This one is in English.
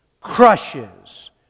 crushes